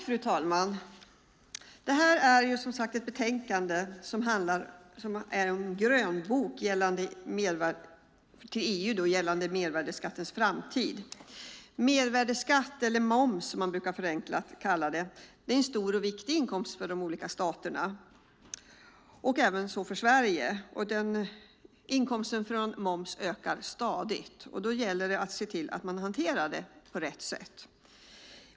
Fru talman! Detta utlåtande behandlar EU:s grönbok om mervärdesskattens framtid. Mervärdesskatt, eller moms som det förenklat brukar kallas, är en stor och viktig inkomst för EU:s olika stater, även för Sverige. Inkomsten från momsen ökar stadigt, och det gäller att hantera momsen på rätt sätt.